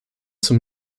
zum